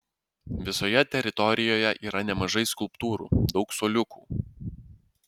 visoje teritorijoje yra nemažai skulptūrų daug suoliukų